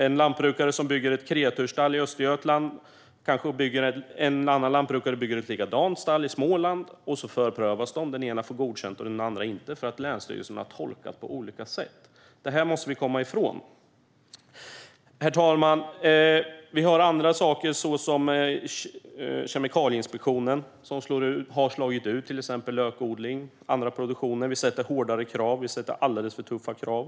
En lantbrukare bygger ett kreatursstall i Östergötland, och en annan lantbrukare bygger kanske ett likadant stall i Småland. Båda förprövas, och den ena får godkänt. Men det får inte den andra, för länsstyrelserna har tolkat reglerna på olika sätt. Detta måste vi komma bort från. Herr talman! Det finns annat som står i vägen. Exempelvis har Kemikalieinspektionen slagit ut lökodling och annan produktion. Vi ställer högre och alldeles för tuffa krav.